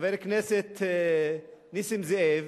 חבר הכנסת נסים זאב